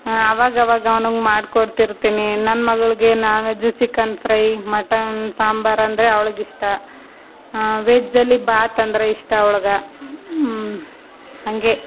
ಅವಾಗವಾಗ ಅವ್ನಿಗೆ ಮಾಡಿಕೊಡ್ತಿರ್ತೀನಿ ನನ್ನ ಮಗಳಿಗೆ non veg chicken fry mutton sambar ಅಂದರೆ ಅವಳಿಗಿಷ್ಟ ವೆಜ್ ಅಲ್ಲಿ ಭಾತು ಅಂದ್ರೆ ಇಷ್ಟ ಅವ್ಳಿಗೆ ಹಾಗೆ